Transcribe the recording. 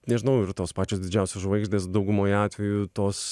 nežinau ir tos pačios didžiausios žvaigždės daugumoje atveju tos